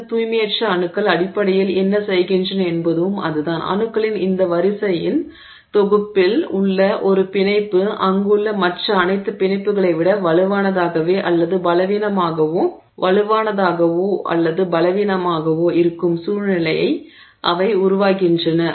இந்த தூய்மையற்ற அணுக்கள் அடிப்படையில் என்ன செய்கின்றன என்பதுவும் அதுதான் அணுக்களின் அந்த வரிசையின் தொகுப்பில் உள்ள ஒரு பிணைப்பு அங்குள்ள மற்ற அனைத்து பிணைப்புகளை விட வலுவானதாகவோ அல்லது பலவீனமாகவோ இருக்கும் சூழ்நிலையை அவை உருவாக்குகின்றன